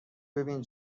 ببین